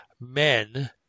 men